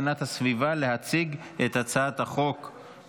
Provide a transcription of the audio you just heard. נעבור לנושא הבא על סדר-היום: הצעת חוק הרשויות